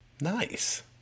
Nice